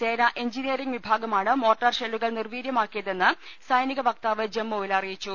സേനാ എഞ്ചിനീയറിംഗ് വിഭാഗ മാണ് മോർട്ടാർ ഷെല്ലുകൾ നിർവീര്യമാക്കിയതെന്ന് സൈനിക വക്താവ് ജമ്മു വിൽ അറിയിച്ചു